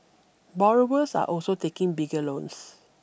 borrowers are also taking bigger loans